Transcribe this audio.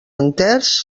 enters